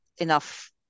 enough